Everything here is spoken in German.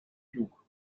klug